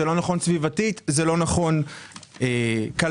זה לא נכון סביבתית.